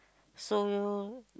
so